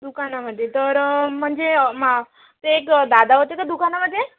दुकानामधे तर म्हणजे मा ते एक दादा होते का दुकानामधे